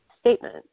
statement